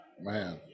Man